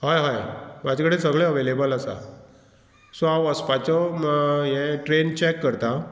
हय हय म्हाजे कडेन सगळें अवेलेबल आसा सो हांव वचपाच्यो हे ट्रेन चॅक करता